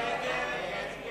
הצעת